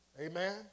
Amen